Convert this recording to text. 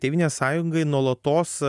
tėvynės sąjungai nuolatos